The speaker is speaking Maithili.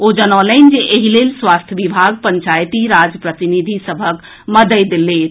ओ जनौलनि जे एहि लेल स्वास्थ्य विभाग पंचायती राज प्रतिनिधि सभक मददि लेत